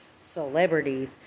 celebrities